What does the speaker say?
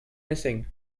missing